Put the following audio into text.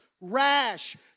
rash